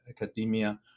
academia